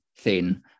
thin